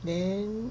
then